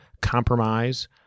compromise